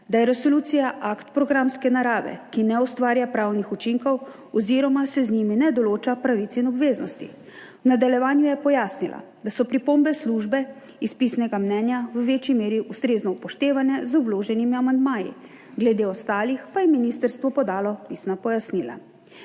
da je resolucija akt programske narave, ki ne ustvarja pravnih učinkov oziroma se z njimi ne določa pravic in obveznosti. V nadaljevanju je pojasnila, da so pripombe službe iz pisnega mnenja v večji meri ustrezno upoštevane z vloženimi amandmaji. Glede ostalih pa je ministrstvo podalo pisna pojasnila.